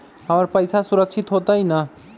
हमर पईसा सुरक्षित होतई न?